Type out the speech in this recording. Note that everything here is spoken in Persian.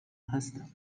هستم